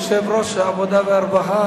יושב-ראש העבודה והרווחה,